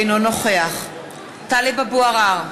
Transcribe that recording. אינו נוכח טלב אבו עראר,